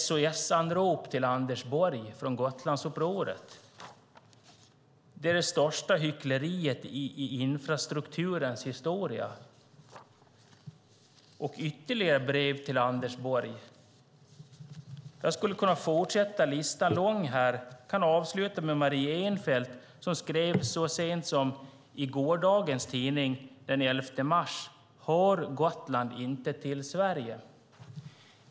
SOS-anrop till Anders Borg från Gotlandsupproret: Det är det största hyckleriet i infrastrukturens historia. Det finns ytterligare brev till Anders Borg. Jag skulle kunna fortsätta med en lång lista. Jag kan avsluta med Marie Enfeldt som i gårdagens tidning, den 11 mars, skrev: Hör Gotland inte till Sverige?